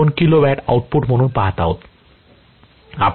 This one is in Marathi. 2 Kw आउटपुट म्हणून पहात आहोत